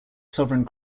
sovereign